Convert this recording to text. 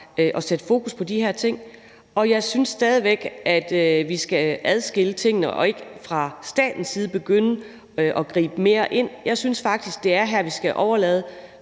at sætte fokus på de her ting, og jeg synes stadig væk, at vi skal adskille tingene og ikke begynde at gribe mere ind fra statens side. Jeg synes faktisk, at det er her, vi fuldt